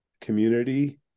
community